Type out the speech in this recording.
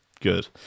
good